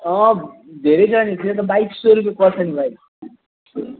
धेरै छ नि त्यो त बाइस सय रुपियाँ पर्छ नि भाइ